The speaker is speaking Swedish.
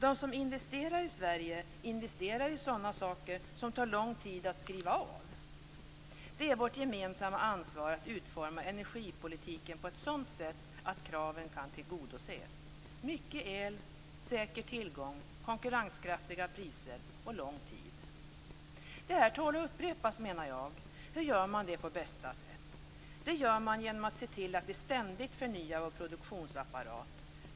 De som investerar i Sverige investerar i sådana saker som tar lång tid att skriva av. Det är vårt gemensamma ansvar att utforma energipolitiken på ett sådant sätt att kraven kan tillgodoses. Mycket el, säker tillgång, konkurrenskraftiga priser och lång tid. Det här tål att upprepas, menar jag. Hur gör man detta på bästa sätt? Det gör man genom att se till att vi ständigt förnyar vår produktionsapparat.